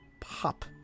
Pop